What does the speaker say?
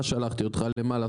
מה שלחתי אותך למה?